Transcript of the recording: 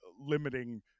limiting